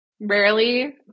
rarely